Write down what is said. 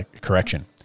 correction